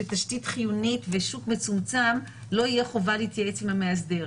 שתשתית חיונית ושוק מצומצם לא תהיה חובה להתייעץ עם המאסדר.